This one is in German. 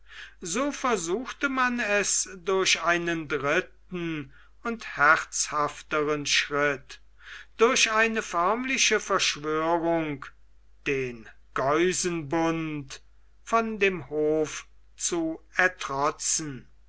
so versuchte man es durch einen dritten und herzhafteren schritt durch eine förmliche verschwörung den geusenbund von dem hof zu ertrotzen